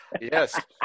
Yes